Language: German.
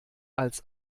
als